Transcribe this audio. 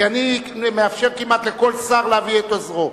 כי אני מאפשר כמעט לכל שר להביא את עוזרו,